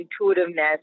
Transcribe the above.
intuitiveness